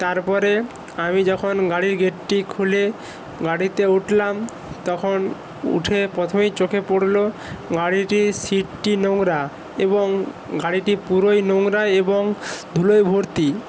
তারপরে আমি যখন গাড়ির গেটটি খুলে গাড়িতে উঠলাম তখন উঠে প্রথমেই চোখে পড়লো গাড়িটির সিটটি নোংরা এবং গাড়িটি পুরোই নোংরা এবং ধুলোয় ভর্তি